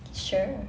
sure